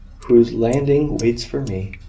whose lading waits for me.